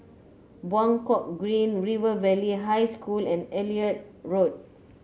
Buangkok Green River Valley High School and Elliot Road